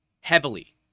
heavily